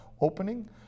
opening